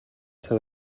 цол